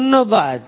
ধন্যবাদ